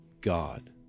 god